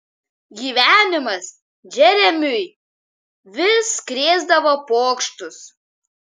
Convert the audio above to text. gyvenimas džeremiui vis krėsdavo pokštus